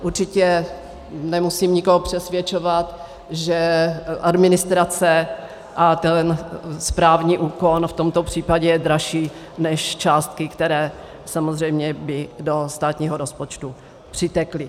Určitě nemusím nikoho přesvědčovat, že administrace a ten správní úkon je v tomto případě dražší než částky, které samozřejmě by do státního rozpočtu přitekly.